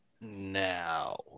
now